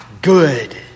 good